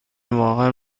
واقعا